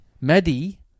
Maddie